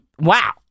wow